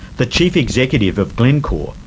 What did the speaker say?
the chief executive of glencore,